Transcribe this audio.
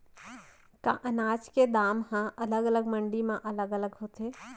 का अनाज के दाम हा अलग अलग मंडी म अलग अलग होथे?